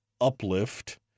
uplift